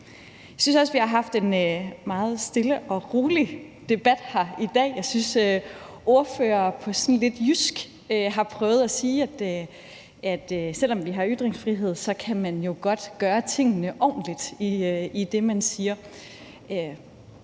Jeg synes også, vi har haft en meget stille og rolig debat her i dag. Jeg synes, at ordførerne – på sådan lidt jysk – har prøvet at sige, at selv om vi har ytringsfrihed, kan man jo godt gøre det ordentligt i den måde, man siger